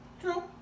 true